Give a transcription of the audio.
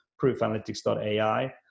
proofanalytics.ai